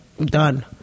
done